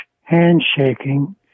handshaking